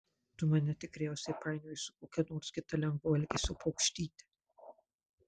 tu mane tikriausiai painioji su kokia nors kita lengvo elgesio paukštyte